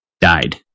died